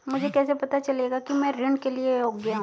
मुझे कैसे पता चलेगा कि मैं ऋण के लिए योग्य हूँ?